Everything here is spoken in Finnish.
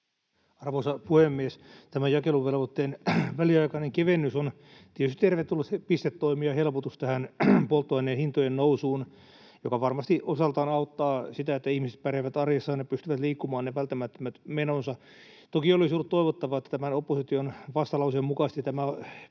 Arvoisa puhemies! Tämä jakeluvelvoitteen väliaikainen kevennys on tietysti tervetullut pistetoimi ja helpotus tähän polttoaineen hintojen nousuun, joka varmasti osaltaan auttaa sitä, että ihmiset pärjäävät arjessaan ja pystyvät liikkumaan ne välttämättömät menonsa. Toki olisi ollut toivottavaa, että tämän opposition vastalauseen mukaisesti tämä